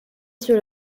sur